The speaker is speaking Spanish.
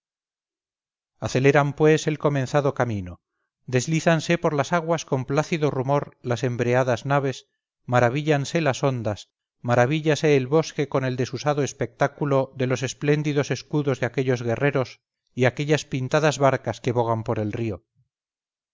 aceleran pues el comenzado camino deslízanse por las aguas con plácido rumor las embreadas naves maravíllanse las ondas maravillase el bosque con el desusado espectáculo de los espléndidos escudos de aquellos guerreros y aquellas pintadas barcas que bogan por el río